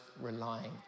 relying